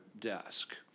desk